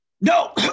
No